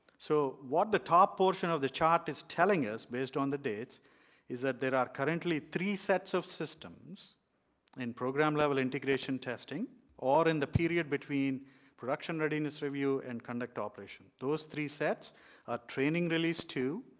so what the top portion of the chart is telling us based on the dates is that there are currently three sets of systems in program level integration testing or in the period between production readiness review and conduct operations. those three sets are training release two,